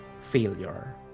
failure